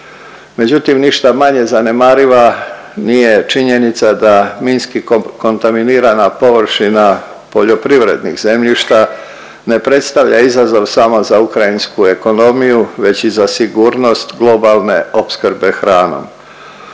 Međutim ništa manje zanemariva nije činjenica da minski kontaminirana površina poljoprivrednih zemljišta ne predstavlja izazov samo za ukrajinsku ekonomiju već i za sigurnost globalne opskrbe hranom.